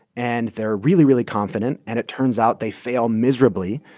and they're really, really confident, and it turns out they fail miserably,